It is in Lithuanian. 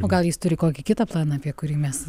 o gal jis turi kokį kitą planą apie kurį mes